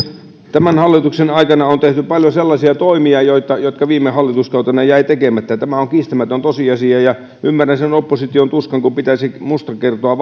tämän hallituksen aikana on tehty paljon sellaisia toimia jotka viime hallituskautena jäivät tekemättä tämä on kiistämätön tosiasia ja ymmärrän opposition tuskan kun pitäisi musta kertoa